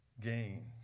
gained